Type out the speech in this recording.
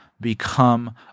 become